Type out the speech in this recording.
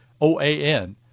OAN